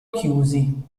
chiusi